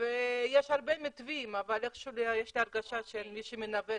הרבה נתיבים אבל יש לי הרגשה שמי שמנווט